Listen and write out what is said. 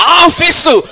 office